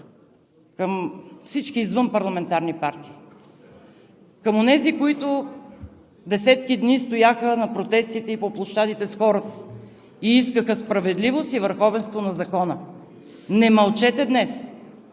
към всички извънпарламентарни партии, към онези, които десетки дни стояха на протестите – по площадите с хората, и искаха справедливост и върховенство на закона: не мълчете днес!